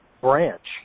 branch